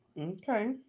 Okay